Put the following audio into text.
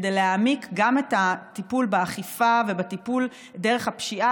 כדי להעמיק גם את הטיפול באכיפה ובטיפול דרך הפשיעה,